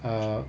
err